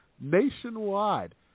nationwide